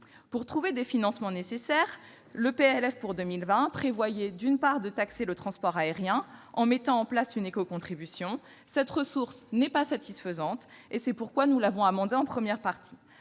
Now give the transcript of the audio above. Pour trouver les financements nécessaires, le PLF pour 2020 prévoyait, d'une part, de taxer le transport aérien en mettant en place une éco-contribution. Cette ressource n'est pas satisfaisante et nous avons souhaité l'amender en première partie.